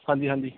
ਹਾਂਜੀ ਹਾਂਜੀ